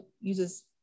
uses